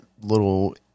little